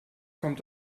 kommt